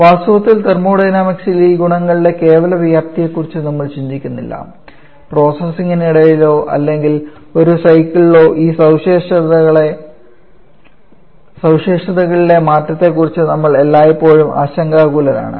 വാസ്തവത്തിൽ തെർമോഡൈനാമിക്സിൽ ഈ ഗുണങ്ങളുടെ കേവല വ്യാപ്തിയെക്കുറിച്ച് നമ്മൾചിന്തിക്കുന്നില്ല പ്രോസസ്സിനിടയിലോ അല്ലെങ്കിൽ ഒരു സൈക്കിളിലോ ഈ സവിശേഷതകളിലെ മാറ്റത്തെക്കുറിച്ച് നമ്മൾഎല്ലായ്പ്പോഴും ആശങ്കാകുലരാണ്